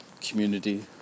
Community